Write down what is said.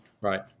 Right